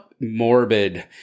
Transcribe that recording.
morbid